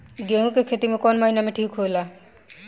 गेहूं के खेती कौन महीना में ठीक होला?